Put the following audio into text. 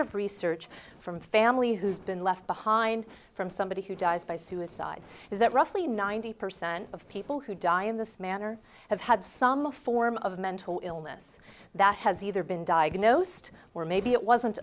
of research from family who's been left behind from somebody who dies by suicide is that roughly ninety percent of people who die in this manner have had some form of mental illness that has either been diagnosed or maybe it wasn't